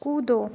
कूदो